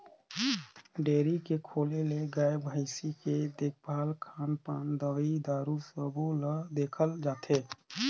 dairy के खोले ले गाय, भइसी के देखभाल, खान पान, दवई दारू सबो ल देखल जाथे